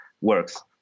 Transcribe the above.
works